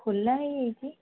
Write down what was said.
ଖୋଲା ହେଇଯାଇଛି